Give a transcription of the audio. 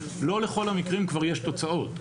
לא לכל המקרים כבר יש תוצאות.